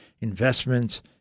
investments